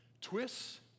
twists